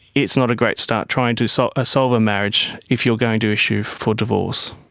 it's not a great start trying to solve ah solve a marriage if you're going to issue for divorce.